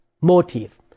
Motive